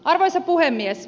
arvoisa puhemies